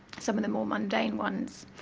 some of the more mundane ones.